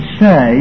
say